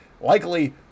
likely